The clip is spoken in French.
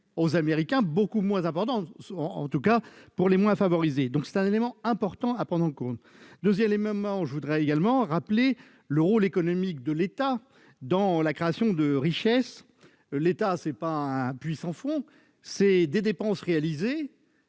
aux Américains beaucoup moins important, en tout cas pour les moins favorisés. C'est un élément important à prendre en compte. En outre, je veux aussi rappeler le rôle économique de l'État dans la création de richesse. L'État n'est pas un puits sans fond, les dépenses réalisées